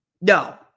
No